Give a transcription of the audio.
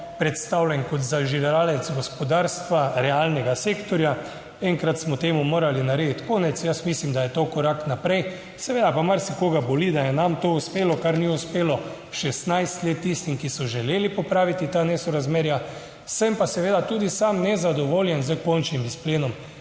predstavljen kot zažiralec gospodarstva realnega sektorja. Enkrat smo temu morali narediti konec. Jaz mislim, da je to korak naprej, seveda pa marsikoga boli, da je nam to uspelo, kar ni uspelo 16 let tistim, ki so želeli popraviti ta nesorazmerja. Sem pa seveda tudi sam nezadovoljen s končnim izplenom.